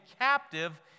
captive